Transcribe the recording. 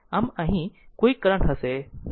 આમ અહીં કોઈ કરંટ હશે નહીં